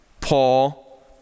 Paul